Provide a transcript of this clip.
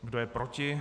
Kdo je proti?